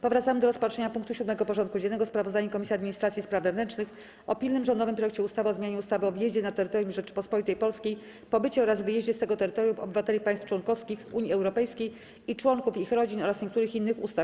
Powracamy do rozpatrzenia punktu 7. porządku dziennego: Sprawozdanie Komisji Administracji i Spraw Wewnętrznych o pilnym rządowym projekcie ustawy o zmianie ustawy o wjeździe na terytorium Rzeczypospolitej Polskiej, pobycie oraz wyjeździe z tego terytorium obywateli państw członkowskich Unii Europejskiej i członków ich rodzin oraz niektórych innych ustaw.